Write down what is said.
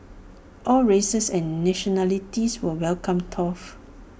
all races and nationalities were welcome though